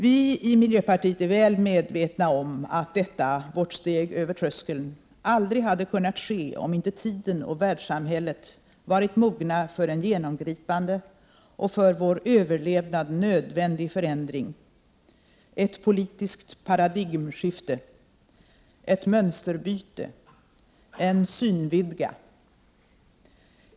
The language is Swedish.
Vi i miljöpartiet är väl medvetna om att detta, vårt steg över tröskeln, aldrig hade kunnat ske om inte tiden och världssamhället varit mogna för en genomgripande och för vår överlevnad nödvändig förändring — ett politiskt paradigmskifte, ett mönsterbyte, en synvidga.